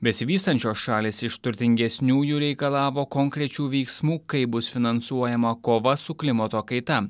besivystančios šalys iš turtingesniųjų reikalavo konkrečių veiksmų kaip bus finansuojama kova su klimato kaita